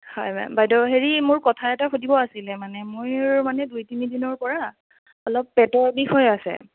হয় মেম বাইদেউ হেৰি মোৰ কথা এটা সুধিব আছিলে মানে মই মোৰ মানে দুই তিনিদিনৰ পৰা অলপ পেটৰ বিষ হৈ আছে